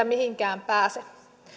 mihinkään pääse